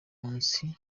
munsi